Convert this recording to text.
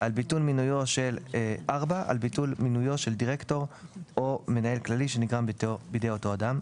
על ביטול מינויו של דירקטור או מנהל כללי שנגרם בידי אותו אדם.